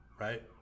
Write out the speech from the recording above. Right